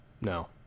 No